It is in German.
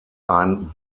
ein